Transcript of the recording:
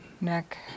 neck